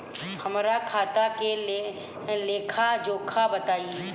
हमरा खाता के लेखा जोखा बताई?